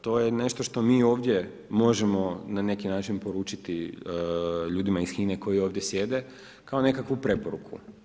To je nešto što mi ovdje možemo na neki način poručiti ljudima iz HINA-e koji ovdje sjede kao nekakvu preporuku.